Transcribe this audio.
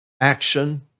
action